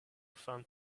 found